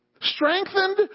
Strengthened